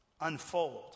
Unfold